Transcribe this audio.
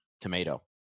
tomato